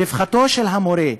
רווחתו של המורה,